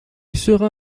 sera